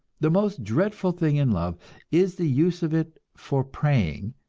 the most dreadful thing in love is the use of it for preying,